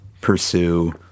pursue